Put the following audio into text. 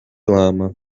lama